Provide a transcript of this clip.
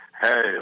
Hey